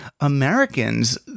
Americans